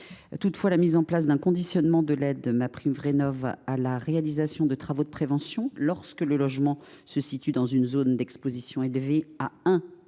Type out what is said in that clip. Toutefois, la mise en place d’un conditionnement de l’aide MaPrimeRénov’ à la réalisation de travaux de prévention lorsque le logement se situe dans une zone d’exposition élevée à un